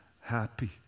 happy